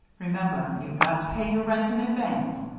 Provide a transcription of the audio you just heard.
remember, you've got to pay your rent in advance.